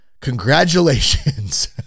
Congratulations